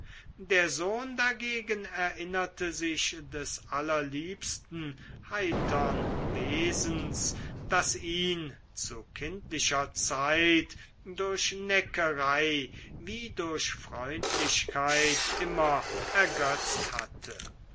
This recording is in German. der sohn dagegen erinnerte sich des allerliebsten heitern wesens das ihn zu kindlicher zeit durch neckerei wie durch freundlichkeit immer ergötzt hatte